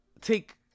take